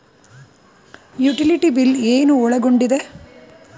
Utility bill ಏನು ಒಳಗೊಂಡಿದೆ?